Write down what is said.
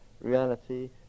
reality